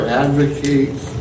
advocates